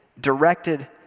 directed